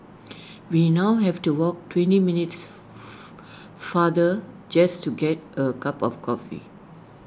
we now have to walk twenty minutes farther just to get A cup of coffee